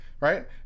Right